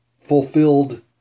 fulfilled